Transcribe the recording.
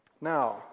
Now